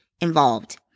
involved